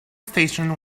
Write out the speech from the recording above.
station